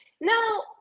Now